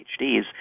PhDs